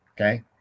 okay